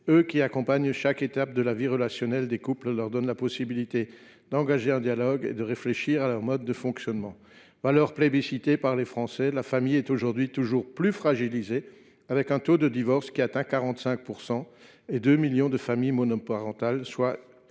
eux qui accompagnent chaque étape de la vie relationnelle des couples, en leur donnant la possibilité d’engager un dialogue et de réfléchir à leurs modes de fonctionnement. Valeur plébiscitée par les Français, la famille est aujourd’hui toujours plus fragilisée, avec un taux de divorce qui atteint 45 % et 2 millions de familles monoparentales, soit près